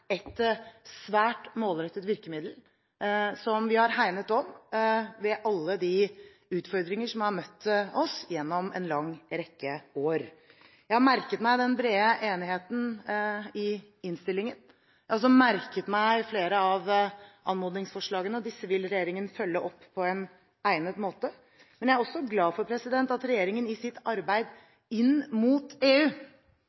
et svært målrettet virkemiddel, som vi har hegnet om ved alle de utfordringer som har møtt oss gjennom en lang rekke år. Jeg har merket meg den brede enigheten i innstillingen. Jeg har også merket meg flere av anmodningsforslagene, og disse vil regjeringen følge opp på egnet måte. Jeg er også glad for at regjeringen i sitt arbeid